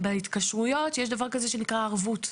ובהתקשרויות שיש דבר כזה שנקרא ערבות.